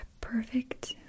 perfect